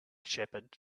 shepherd